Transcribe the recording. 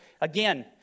again